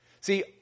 See